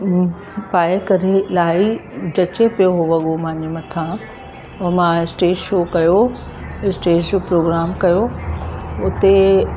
पाए करे इलाही जचे पियो उहो वॻो मांजे मथां और मां स्टेज शो कयो स्टेज शो प्रोग्राम कयो उते